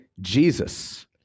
Jesus